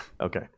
okay